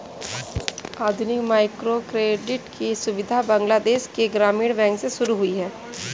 आधुनिक माइक्रोक्रेडिट की सुविधा बांग्लादेश के ग्रामीण बैंक से शुरू हुई है